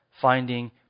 finding